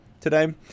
today